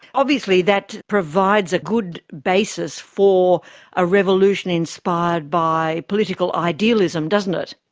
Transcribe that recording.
obviously that provides a good basis for a revolution inspired by political idealism, doesn't it.